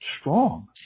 strong